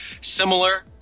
similar